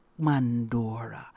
Mandora